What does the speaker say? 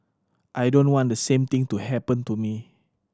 I don't want the same thing to happen to me